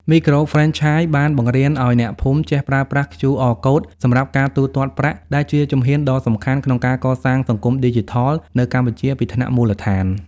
មីក្រូហ្វ្រេនឆាយបានបង្រៀនឱ្យអ្នកភូមិចេះប្រើប្រាស់ QR Code សម្រាប់ការទូទាត់ប្រាក់ ដែលជាជំហានដ៏សំខាន់ក្នុងការកសាងសង្គមឌីជីថលនៅកម្ពុជាពីថ្នាក់មូលដ្ឋាន។